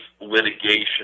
litigation